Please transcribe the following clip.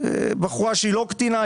בחורה שהיא לא קטינה,